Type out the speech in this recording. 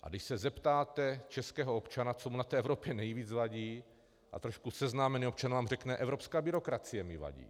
A když se zeptáte českého občana, co mu na té Evropě nejvíc vadí, tak trošku seznámený občan vám řekne evropská byrokracie mi vadí.